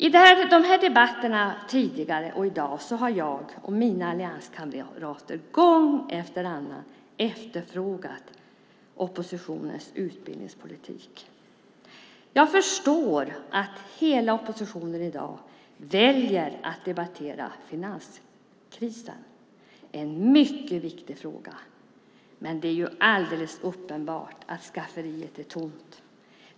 I debatterna tidigare och i dag har jag och mina allianskamrater gång efter annan efterfrågat oppositionens utbildningspolitik. Jag förstår att hela oppositionen i dag väljer att debattera finanskrisen, en mycket viktig fråga. Men det är alldeles uppenbart att skafferiet är tomt.